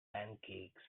pancakes